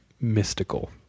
mystical